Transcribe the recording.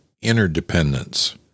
interdependence